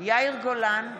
יאיר גולן,